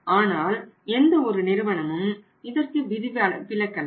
ஆனால் எந்த ஒரு நிறுவனமும் இதற்கு விதிவிலக்கல்ல